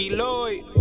Lloyd